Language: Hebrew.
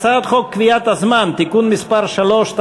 הצעת חוק קביעת הזמן (תיקון מס' 3),